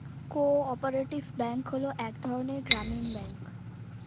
co operative bank হলো এক ধরনের গ্রামীণ ব্যাঙ্ক